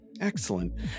Excellent